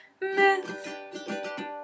Myth